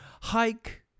Hike